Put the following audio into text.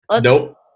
Nope